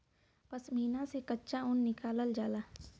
पश्मीना से कच्चा ऊन निकालल जाला